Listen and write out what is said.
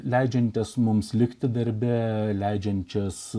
leidžiančias mums likti darbe leidžiančias